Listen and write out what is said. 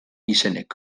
izenek